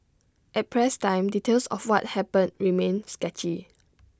at press time details of what happened remained sketchy